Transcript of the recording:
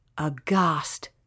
Aghast